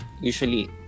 usually